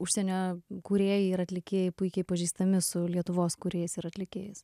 užsienio kūrėjai ir atlikėjai puikiai pažįstami su lietuvos kūrėjais ir atlikėjais